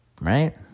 Right